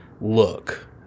look